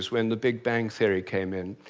when the big bang theory came in.